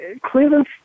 Cleveland